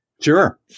Sure